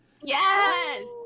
yes